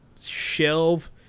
shelve